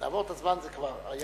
לעבור את הזמן זה כבר היה.